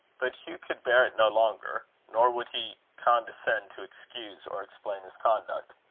but hugh could bear it no longer nor would he condescend to excuse or explain his conduct.